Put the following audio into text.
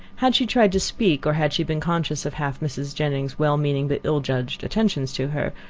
had she tried to speak, or had she been conscious of half mrs. jennings's well-meant but ill-judged attentions to her,